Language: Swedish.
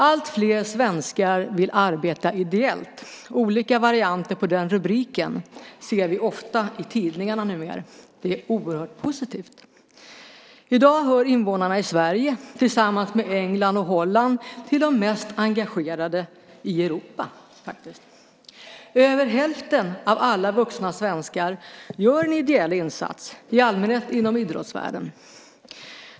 Alltfler svenskar vill arbeta ideellt. Olika varianter på den rubriken ser vi ofta i tidningarna numer. Det är oerhört positivt. I dag hör invånarna i Sverige, tillsammans med England och Holland, till de mest engagerade i Europa. Över hälften av alla vuxna svenskar gör en ideell insats, i allmänhet inom idrottsvärlden.